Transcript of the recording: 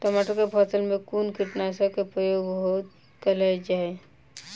टमाटर केँ फसल मे कुन कीटनासक केँ प्रयोग कैल जाय?